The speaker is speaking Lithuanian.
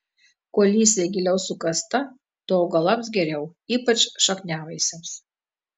kuo lysvė giliau sukasta tuo augalams geriau ypač šakniavaisiams